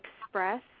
Express